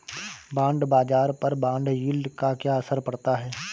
Bond बाजार पर bond yield का क्या असर पड़ता है?